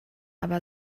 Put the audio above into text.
aber